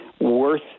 worth